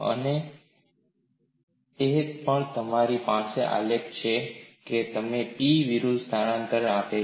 અને એ પણ તમારી પાસે આલેખ છે જે તમને P વિરુદ્ધ સ્થાનાંતરણ આપે છે